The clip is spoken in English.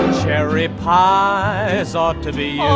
ah cherry pie this ought to be.